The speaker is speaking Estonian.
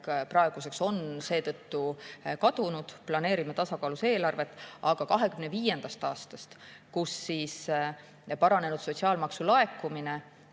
praeguseks seetõttu kadunud, planeerime tasakaalus eelarvet. Aga 2025. aastast, kus paranenud sotsiaalmaksu laekumine